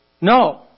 No